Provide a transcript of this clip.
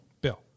Bill